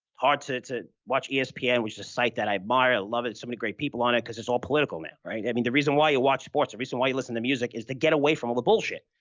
hard to to watch espn, which is a site that i admire. i love it. so, many great people on it because it's all political now, right? i mean, the reason why you watch sports, the reason why you listen to music is to get away from all the bullshit.